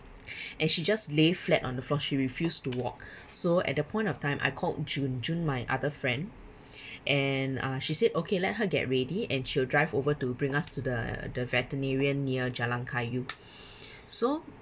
and she just lay flat on the floor she refused to walk so at the point of time I called june june my other friend and uh she said okay let her get ready and she'll drive over to bring us to the the veterinarian near jalan kayu so